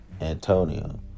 Antonio